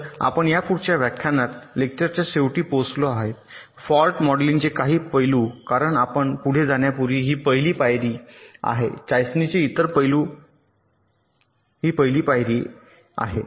तर आपण या पुढच्या व्याख्यानात लेक्चरच्या शेवटी पोहोचलो आहोत फॉल्ट मॉडेलिंगचे काही पैलू कारण आपण पुढे जाण्यापूर्वी ही पहिली पायरी चाचणीचे इतर पैलू आहे